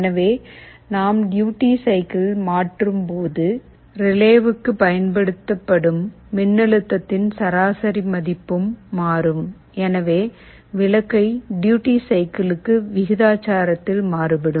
எனவே நாம் duty cycle மாற்றும்போது ரிலேவுக்கு பயன்படுத்தப்படும் மின்னழுத்தத்தின் சராசரி மதிப்பும் மாறும் எனவே விளக்கை டியூட்டி சைக்கிள்க்கு விகிதாசாரத்தில் மாறுபடும்